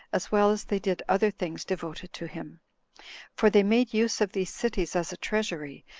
as well as they did other things devoted to him for they made use of these cities as a treasury,